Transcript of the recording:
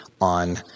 on